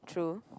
true